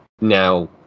now